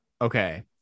okay